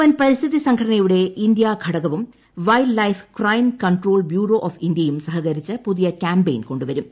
N പരിസ്ഥിതി സംഘടന്റയുടെട്ട India ഘടകവും wildlife crime control bureau ഔഷ് ഇന്ത്യയും സഹകരിച്ച് പുതിയ ക്യാമ്പെയിൻ കൊണ്ടുവരും